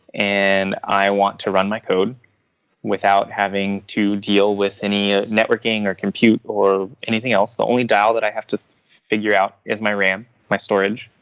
and i want to run my code without having to deal with any ah networking or compute or anything else. the only dial that i have to figure out is my ram, my storage,